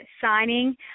signing